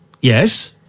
Yes